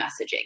messaging